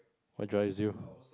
what drives you